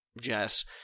Jess